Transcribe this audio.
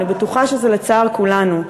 אני בטוחה שזה לצער כולנו,